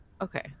okay